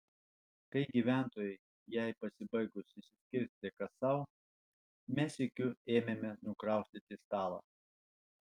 kai gyventojai jai pasibaigus išsiskirstė kas sau mes sykiu ėmėme nukraustyti stalą